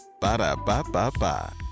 Ba-da-ba-ba-ba